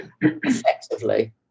effectively